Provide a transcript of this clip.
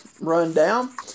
rundown